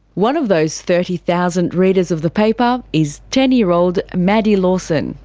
one of those thirty thousand readers of the paper is ten year old maddie lawson.